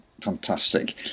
Fantastic